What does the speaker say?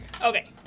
Okay